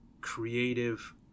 creative